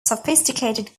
sophisticated